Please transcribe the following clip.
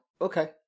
Okay